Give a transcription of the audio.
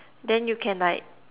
then you can like